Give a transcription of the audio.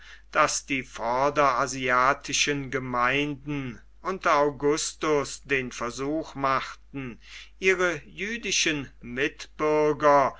daß die vorderasiatischen gemeinden unter augustus den versuch machten ihre jüdischen mitbürger